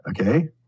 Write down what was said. okay